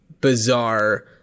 bizarre